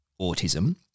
autism